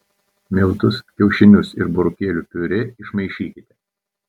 miltus kiaušinius ir burokėlių piurė išmaišykite